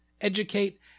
educate